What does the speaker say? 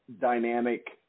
dynamic